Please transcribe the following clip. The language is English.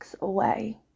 away